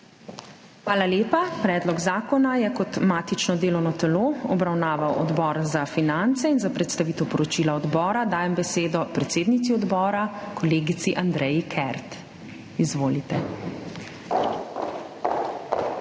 Hvala lepa. Predlog zakona je kot matično delovno telo obravnaval Odbor za finance. Za predstavitev poročila odbora dajem besedo predsednici odbora kolegici Andreji Kert. Izvolite.